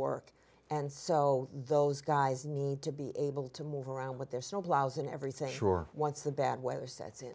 work and so those guys need to be able to move around with their snowplows and everything sure once the bad weather sets in